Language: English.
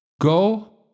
Go